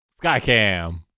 Skycam